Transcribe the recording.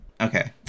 Okay